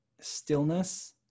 stillness